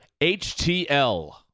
HTL